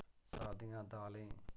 सादियां दालीं